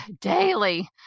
daily